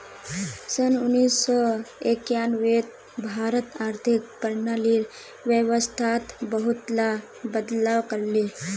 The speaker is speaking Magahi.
सन उन्नीस सौ एक्यानवेत भारत आर्थिक प्रणालीर व्यवस्थात बहुतला बदलाव कर ले